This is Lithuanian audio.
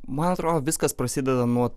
man atrodo viskas prasideda nuo